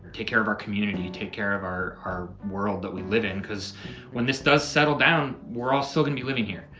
take care of our community, take care of our our world that we live in cause when this does settle down, we're all still gonna be living here.